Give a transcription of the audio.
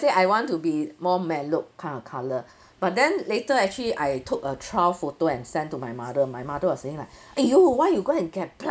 say I want to be more mellowed kind of colour but then later actually I took a trial photo and send to my mother my mother was saying like !aiyo! why you go and get